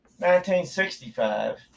1965